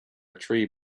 tree